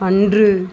அன்று